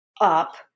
up